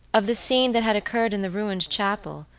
of the scene that had occurred in the ruined chapel,